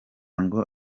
ngo